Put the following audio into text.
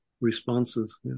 responses